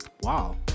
wow